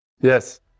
Yes